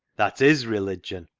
that is religion,